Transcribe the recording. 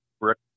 brick